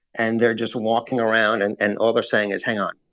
and they're just walking around, and and all they're saying is, hang on,